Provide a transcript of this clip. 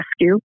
Rescue